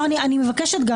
אני מבקשת.